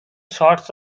sorts